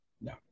No